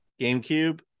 gamecube